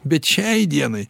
bet šiai dienai